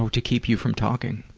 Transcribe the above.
to keep you from talking.